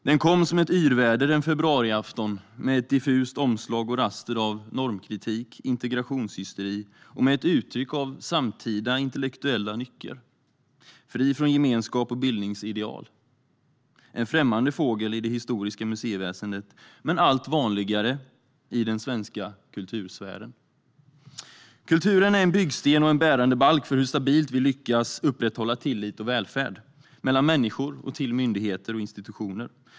Den kom som ett yrväder en februariafton med ett diffust omslag och raster av normkritik, integrationshysteri och med ett uttryck av samtida intellektuella nycker. Den är fri från gemenskap och bildningsideal - en främmande fågel i det historiska museiväsendet men allt vanligare i den svenska kultursfären. Kulturen är en byggsten och en bärande balk när det gäller hur stabilt vi lyckas upprätthålla tillit och välfärd, mellan människor och till myndigheter och institutioner.